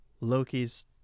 loki's